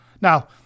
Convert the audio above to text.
Now